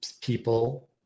people